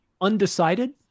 undecided